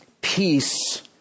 Peace